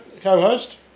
co-host